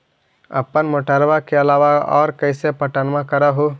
अपने मोटरबा के अलाबा और कैसे पट्टनमा कर हू?